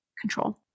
control